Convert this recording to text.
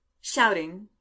Shouting